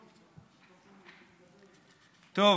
טוב,